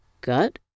gut